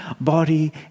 body